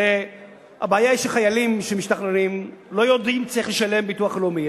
הרי הבעיה היא שחיילים שמשתחררים לא יודעים שצריך לשלם ביטוח לאומי.